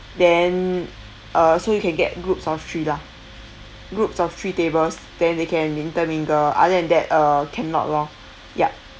then uh so you can get groups of three lah groups of three tables then they can intermingle other than that uh cannot lor yup